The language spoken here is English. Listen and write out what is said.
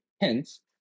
Hence